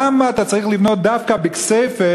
למה אתה צריך לבנות דווקא בכסייפה,